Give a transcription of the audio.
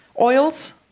Oils